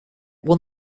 won